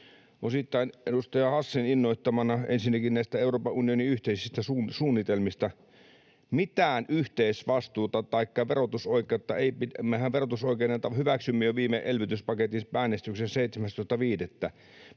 osittain edustaja Hassin innoittamana, ensinnäkin näistä Euroopan unionin yhteisistä suunnitelmista. Mitään yhteisvastuuta taikka verotusoikeutta ei pidä... Mehän verotusoikeuden hyväksyimme jo viime elvytyspaketin äänestyksessä 17.5.